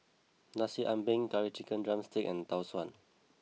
Nasi Ambeng Curry Chicken Drumstick and Tau Suan